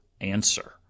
answer